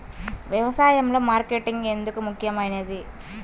వ్యసాయంలో మార్కెటింగ్ ఎందుకు ముఖ్యమైనది?